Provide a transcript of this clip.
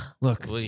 Look